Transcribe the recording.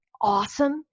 awesome